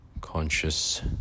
conscious